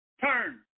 turn